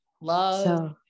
Love